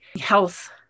health